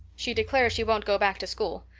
she declares she won't go back to school.